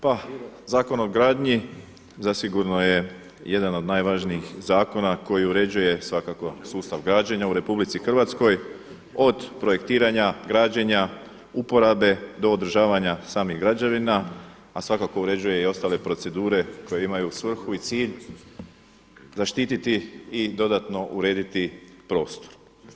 Pa Zakon o gradnji zasigurno je jedan od najvažnijih zakona koji uređuje svakako sustav građenja u RH od projektiranja, građenja, uporabe, do održavanja samih građevina, a svakako uređuje i ostale procedure koje imaju svrhu i cilj zaštititi i dodatno urediti prostor.